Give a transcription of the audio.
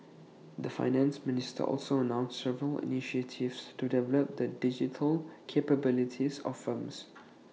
the Finance Minister also announced several initiatives to develop the digital capabilities of firms